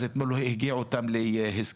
אז אתמול הגיעו איתם להסכם.